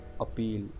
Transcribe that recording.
appeal